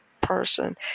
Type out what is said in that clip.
person